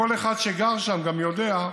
כל אחד שגר שם יודע: